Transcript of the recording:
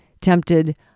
tempted